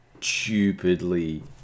stupidly